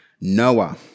Noah